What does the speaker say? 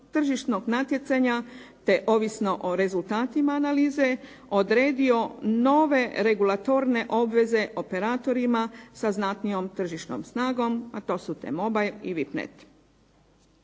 tržišnog natjecanja te ovisno o rezultatima analize, odredio nove regulatorne obveze operatorima sa znatnijom tržišnom snagom, a to su T-mobile i VIPnet.